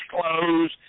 clothes